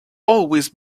always